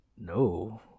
No